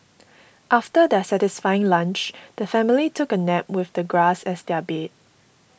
after their satisfying lunch the family took a nap with the grass as their bed